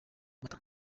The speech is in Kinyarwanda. mata